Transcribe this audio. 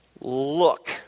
Look